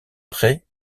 près